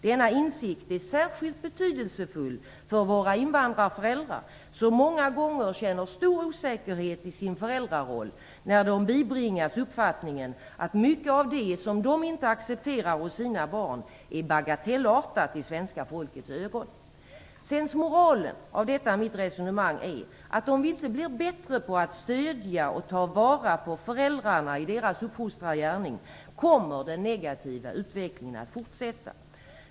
Denna insikt är särskilt betydelsefull för våra invandrarföräldrar som många gånger känner stor osäkerhet i sin föräldraroll när de bibringas uppfattningen att mycket av det som de inte accepterar hos sina barn är bagatellartat i svenska folkets ögon. Sensmoralen av mitt resonemang är att om vi inte blir bättre på att stödja och ta vara på föräldrarna i deras uppfostrargärning kommer den negativa utvecklingen att fortsätta.